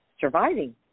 surviving